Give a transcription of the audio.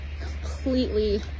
Completely